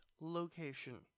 location